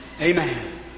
Amen